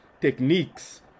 techniques